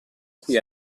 cui